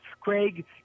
Craig